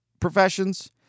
professions